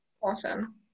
Awesome